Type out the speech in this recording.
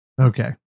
Okay